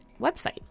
website